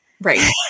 right